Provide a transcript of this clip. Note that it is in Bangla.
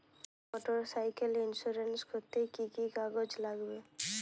মোটরসাইকেল ইন্সুরেন্স করতে কি কি কাগজ লাগবে?